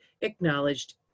acknowledged